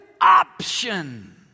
option